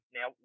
Now